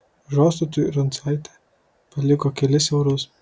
žostautui rancaitė paliko kelis eurus